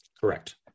Correct